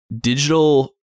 digital